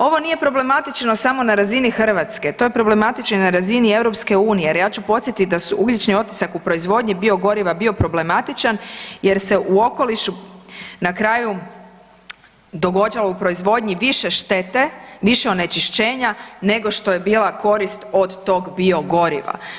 Ovo nije problematično samo na razini Hrvatske, to je problematično i na razini EU jer ja ću podsjetiti da su ugljični … u proizvodnji biogoriva bio problematičan jer se u okolišu na kraju događalo u proizvodnji više štete, više onečišćenja nego što je bila korist od tog biogoriva.